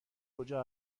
کجا